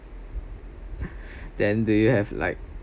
then do you have like